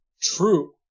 true